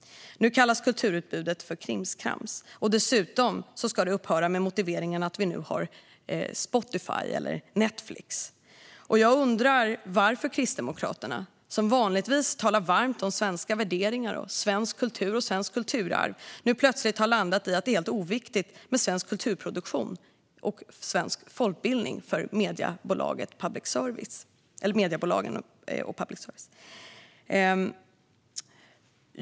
Nu kallas kulturutbudet för krimskrams, och dessutom ska det upphöra med motiveringen att vi nu har Spotify och Netflix. Jag undrar varför Kristdemokraterna, som vanligtvis talar varmt om svenska värderingar, svensk kultur och svenskt kulturarv, nu plötsligt har landat i att det är helt oviktigt med svensk kulturproduktion och folkbildning för mediebolagen och public service.